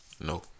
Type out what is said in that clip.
No